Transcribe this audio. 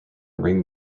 ring